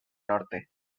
norte